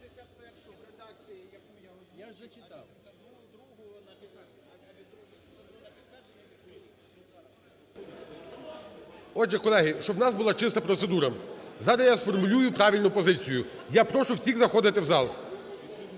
Отже, колеги, щоб в нас була чиста процедура, зараз сформулюю правильну позицію. Я прошу всіх заходити в зал.